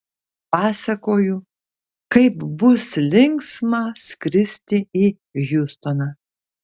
pasakoju kaip bus linksma skristi į hjustoną